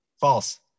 False